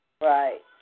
Right